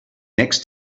next